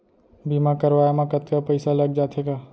बीमा करवाए म कतका पइसा लग जाथे गा?